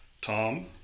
Tom